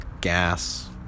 Gas